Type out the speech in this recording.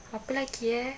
apa lagi eh